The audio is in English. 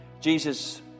Jesus